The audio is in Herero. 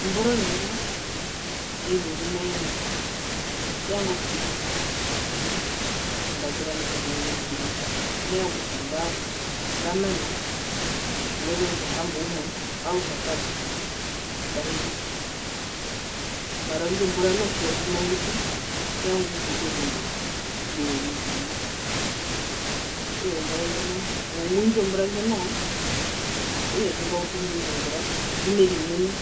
Ombura ondenga ndjiri ndjimaiyende mevanga okuhikikwa ombapira yandje indji youmitiri ndji mevanga kutja mba mbamana omweze outjahamboumwe aa outjatano mbahikikwa mara indjo mbura noho tjimayiutu mevanga okuuta oviungura imbi vyou mitiri mbi okutja ombura ndjo nao mwindjo mbura ndjo noho okutja tjimbautu imbio viungura pumerimunu